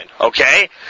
okay